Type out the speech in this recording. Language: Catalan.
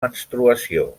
menstruació